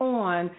on